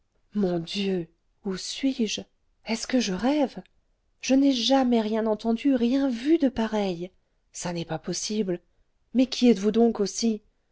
mon dieu où suis-je est-ce que je rêve je n'ai jamais rien entendu rien vu de pareil ça n'est pas possible mais qui êtes-vous donc aussi